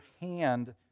hand